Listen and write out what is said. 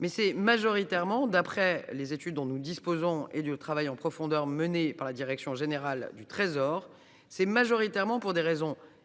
Mais, d’après les études dont nous disposons et le travail en profondeur de la direction générale du Trésor, c’est majoritairement pour des raisons économiques,